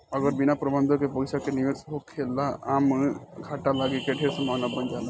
अगर बिना प्रबंधन के पइसा के निवेश होला ओमें घाटा लागे के ढेर संभावना बन जाला